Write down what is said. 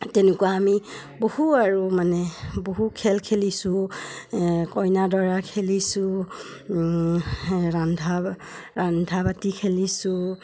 তেনেকুৱা আমি বহু আৰু মানে বহু খেল খেলিছোঁ কইনা দৰা খেলিছোঁ ৰান্ধা ৰান্ধা বাতি খেলিছোঁ